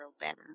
better